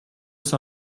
ist